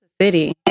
City